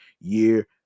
year